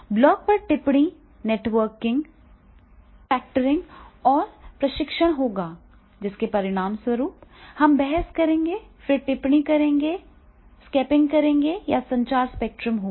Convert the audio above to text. blog पर टिप्पणी networking refactoring और परीक्षण होगा जिसके परिणामस्वरूप हम बहस करेंगे फिर टिप्पणी करेंगे स्केपिंग करेंगे यह संचार स्पेक्ट्रम होगा